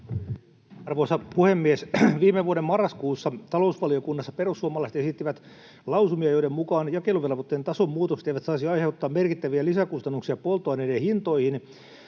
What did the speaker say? Arvoisa puhemies! Viime vuoden marraskuussa talousvaliokunnassa perussuomalaiset esittivät lausumia, joiden mukaan jakeluvelvoitteen tason muutokset eivät saisi aiheuttaa merkittäviä lisäkustannuksia polttoaineiden hintoihin